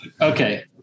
Okay